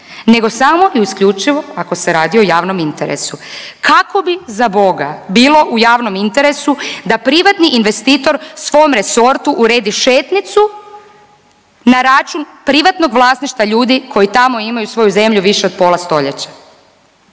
nego samo i isključivo ako se radi o javnom interesu. Kako bi, zaboga, bilo u javnom interesu da privatni interesu da privatni investitor svom resortu uredi šetnicu na račun privatnog vlasništva ljudi koji tamo imaju svoju zemlju više od pola stoljeća?